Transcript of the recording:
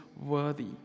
worthy